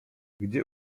gdzie